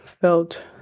felt